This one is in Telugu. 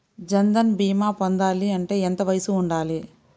జన్ధన్ భీమా పొందాలి అంటే ఎంత వయసు ఉండాలి?